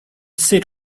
sit